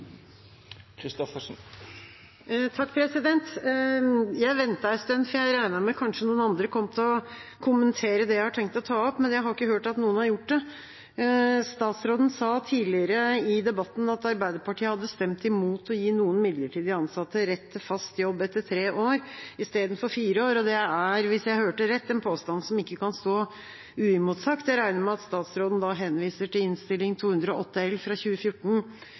Jeg ventet en stund, for jeg regnet med at kanskje noen andre kom til å kommentere det jeg har tenkt å ta opp, men jeg har ikke hørt at noen har gjort det. Statsråden sa tidligere i debatten at Arbeiderpartiet hadde stemt imot å gi noen midlertidig ansatte rett til fast jobb etter tre år i stedet for fire år, og det er, hvis jeg hørte rett, en påstand som ikke kan stå uimotsagt. Jeg regner med at statsråden da henviser til Innst. 208 L